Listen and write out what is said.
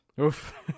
Oof